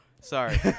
Sorry